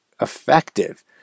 effective